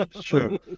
Sure